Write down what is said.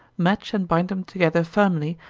match and bind them together firmly,